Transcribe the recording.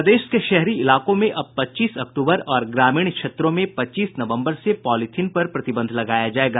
प्रदेश के शहरी इलाकों में अब पच्चीस अक्टूबर और ग्रामीण क्षेत्रों में पच्चीस नवम्बर से पॉलीथीन पर प्रतिबंध लगाया जायेगा